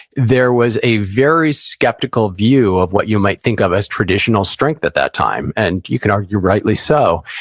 there was a very skeptical view of what you might think of as traditional strength at that time. and you can argue rightly so.